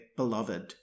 beloved